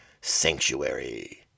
Sanctuary